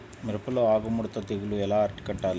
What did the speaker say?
మిరపలో ఆకు ముడత తెగులు ఎలా అరికట్టాలి?